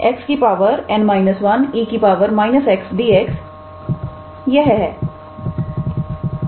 तो हमारा I2 1∞𝑥 𝑛−1𝑒 −𝑥𝑑𝑥 यह है